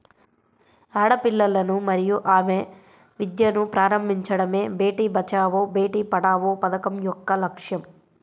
ఆడపిల్లలను మరియు ఆమె విద్యను ప్రారంభించడమే బేటీ బచావో బేటి పడావో పథకం యొక్క లక్ష్యం